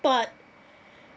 but